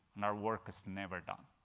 and our work is never done,